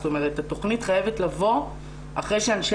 זאת אומרת שהתוכנית צריכה לבוא אחרי שאנשי